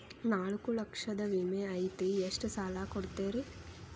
ನಾಲ್ಕು ಲಕ್ಷದ ವಿಮೆ ಐತ್ರಿ ಎಷ್ಟ ಸಾಲ ಕೊಡ್ತೇರಿ?